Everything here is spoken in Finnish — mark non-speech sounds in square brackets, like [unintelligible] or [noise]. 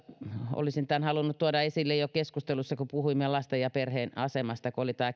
olisin tämän halunnut tuoda esille jo siinä keskustelussa kun puhuimme lasten ja perheen asemasta kun oli tämä [unintelligible]